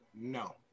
No